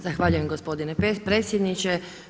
Zahvaljujem gospodine predsjedniče.